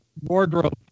wardrobe